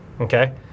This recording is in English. okay